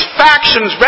factions